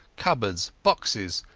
cupboards, boxes,